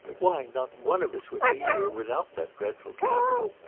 why, not one of us would be here without that dreadful capitol!